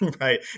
right